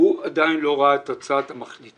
הוא עדיין לא ראה את הצעת המחליטים.